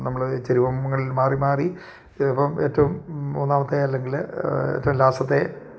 നമ്മൾ ചരുവങ്ങളിൽ മാറി മാറി ഇപ്പം ഏറ്റവും മൂന്നാമത്തെ അല്ലെങ്കിൽ ഏറ്റവും ലാസ്റ്റത്തെ